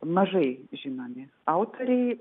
mažai žinomi autoriai